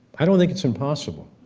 i don't think it's impossible,